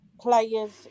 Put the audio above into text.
players